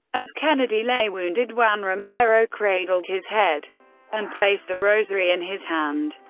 as kennedy lay wounded, juan romero cradled his head and placed a rosary in his hand.